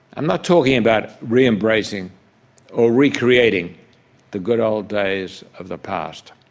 i'm not talking about re-embracing or recreating the good old days of the past,